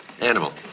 Animal